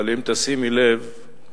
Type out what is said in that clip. אבל אם תשימי לב,